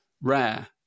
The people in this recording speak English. rare